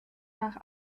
nach